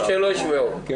טוב שלא ישמעו.